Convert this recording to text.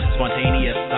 Spontaneous